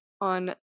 on